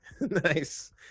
Nice